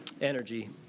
Energy